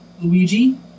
Luigi